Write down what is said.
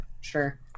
Sure